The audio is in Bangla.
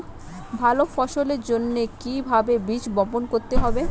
ভালো ফসলের জন্য কিভাবে বীজ বপন করতে হবে?